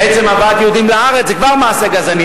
עצם הבאת יהודים לארץ זה כבר מעשה גזעני.